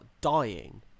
dying